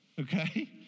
okay